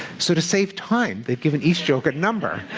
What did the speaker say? so to save time, they've given each joke a number,